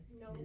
No